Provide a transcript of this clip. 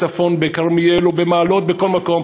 ואם בצפון אז בכרמיאל, במעלות, בכל מקום.